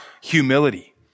humility